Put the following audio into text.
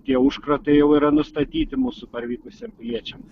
tie užkratai jau yra nustatyti mūsų parvykusiem piliečiam